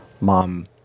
mom